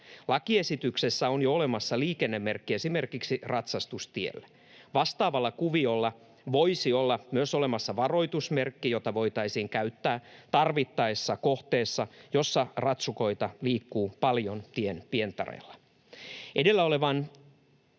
Lakiesityksessä on jo olemassa liikennemerkki esimerkiksi ratsastustielle. Vastaavalla kuviolla voisi olla myös olemassa varoitusmerkki, jota voitaisiin käyttää tarvittaessa kohteissa, joissa ratsukoita liikkuu paljon tien pientareella.” Edellä olevan